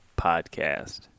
podcast